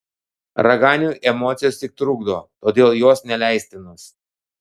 raganiui emocijos tik trukdo todėl jos neleistinos